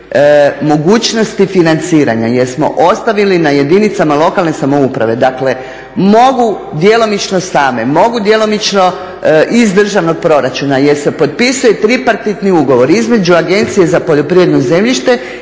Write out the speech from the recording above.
mogućnosti financiranja jer smo ostavili na jedinicama lokalne samouprave dakle mogu djelomično same, mogu djelomično iz državnog proračuna jer se potpisuje tripartitni ugovor između Agencije za poljoprivredno zemljište,